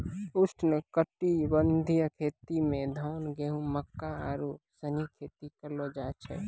उष्णकटिबंधीय खेती मे धान, गेहूं, मक्का आरु सनी खेती करलो जाय छै